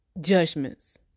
judgments